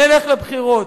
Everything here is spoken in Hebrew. נלך לבחירות.